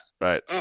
Right